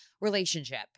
relationship